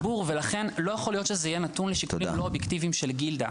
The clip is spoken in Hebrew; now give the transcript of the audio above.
לכן לא יכול להיות שזה יהיה נתון לשיקולים לא אובייקטיביים של גילדה.